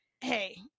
hey